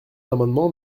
l’amendement